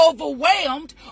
overwhelmed